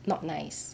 not nice